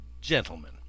gentlemen